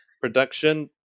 production